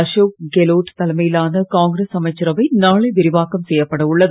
அசோக் கெலோட் தலைமையிலான காங்கிரஸ் அமைச்சரவை நாளை விரிவாக்கம் செய்யப்பட உள்ளது